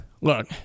Look